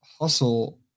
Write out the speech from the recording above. hustle